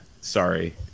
Sorry